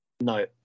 No